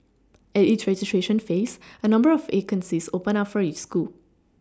at each registration phase a number of vacancies open up for each school